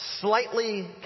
slightly